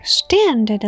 stand